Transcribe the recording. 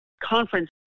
conference